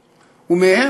ומהם,